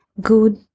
good